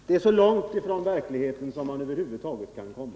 Det är så långt från verkligheten som man över huvud taget kan komma.